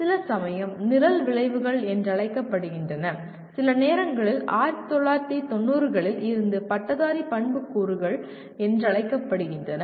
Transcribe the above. சில சமயம் நிரல் விளைவுகள் என்று அழைக்கப்படுகின்றன சில நேரங்களில் 1990 களில் இருந்து பட்டதாரி பண்புக்கூறுகள் என்று அழைக்கப்படுகின்றன